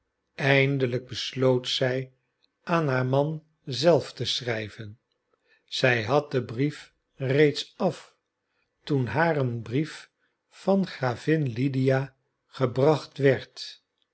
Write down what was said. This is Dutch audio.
eindelijk besloot zij aan haar man zelf te schrijven zij had den brief reeds af toen haar een brief van gravin lydia gebracht werd